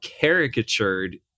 caricatured